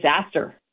disaster